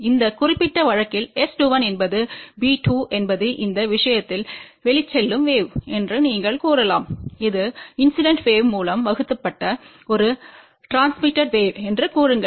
இந்த குறிப்பிட்ட வழக்கில் S21என்பது பி2என்பது இந்த விஷயத்தில் வெளிச்செல்லும் வேவ் என்று நீங்கள் கூறலாம் இது இன்சிடென்ட்ம் வேவ் மூலம் வகுக்கப்பட்ட ஒரு டிரான்ஸ்மிடெட் வேவ் என்று கூறுங்கள்